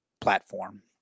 platform